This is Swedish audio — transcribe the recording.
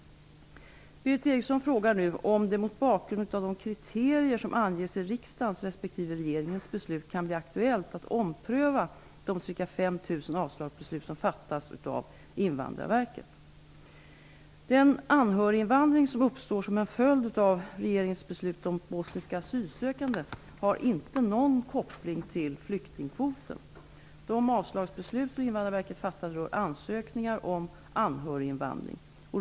Berith Eriksson frågar nu om det, mot bakgrund av de kriterier som anges i riksdagens respektive regeringens beslut, kan bli aktuellt att ompröva de ca 5 000 avslagsbeslut som fattats av Invandrarverket. Den anhöriginvandring som uppstår som en följd av regeringens beslut om bosniska asylsökande har inte någon koppling till flyktingkvoten. De avslagsbeslut som Invandrarverket fattat rör ansökningar om anhöriginvandring.